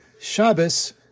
Shabbos